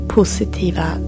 positiva